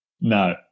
No